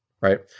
right